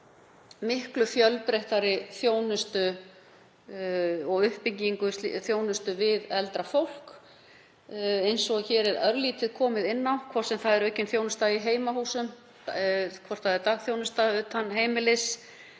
miklu fjölbreyttari uppbyggingu í þjónustu við eldra fólk eins og hér er örlítið komið inn á, hvort sem það er aukin þjónusta í heimahúsum, dagþjónusta utan heimilis